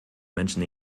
menschen